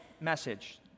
message